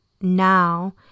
now